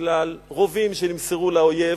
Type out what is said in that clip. בגלל רובים שנמסרו לאויב,